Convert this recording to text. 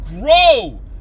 grow